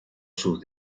sus